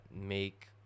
make